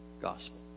gospel